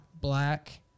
black